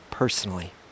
personally